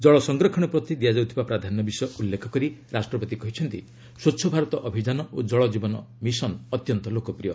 ଜଳ ସଂରକ୍ଷଣ ପ୍ରତି ଦିଆଯାଉଥିବା ପ୍ରାଧାନ୍ୟ ବିଷୟ ଉଲ୍ଲେଖ କରି ରାଷ୍ଟ୍ରପତି କହିଛନ୍ତି ସ୍ୱଚ୍ଛ ଭାରତ ଅଭିଯାନ ଓ କଳ କ୍ରୀବନ ମିଶନ ଅତ୍ୟନ୍ତ ଲୋକପ୍ରିୟ